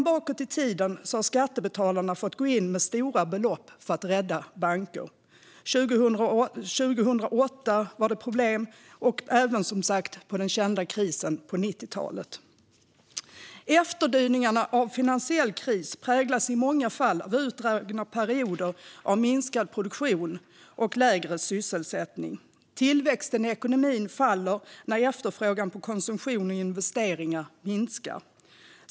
Bakåt i tiden har skattebetalarna fått gå in med stora belopp för att rädda banker. Det var problem 2008 och även som sagt under den kända krisen på 90-talet. Efterdyningarna av en finansiell kris präglas i många fall av utdragna perioder av minskad produktion och lägre sysselsättning. Tillväxten i ekonomin faller när efterfrågan på konsumtion och investeringar minskar.